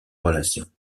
relation